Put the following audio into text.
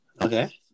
Okay